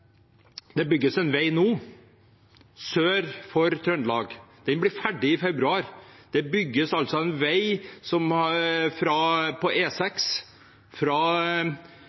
nå bygges en vei sør i Trøndelag som blir ferdig i februar. Det bygges altså en vei på E6 fra Sluppen og ut til Melhus, for dere som